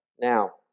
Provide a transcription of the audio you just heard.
Now